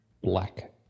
Black